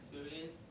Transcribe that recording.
experience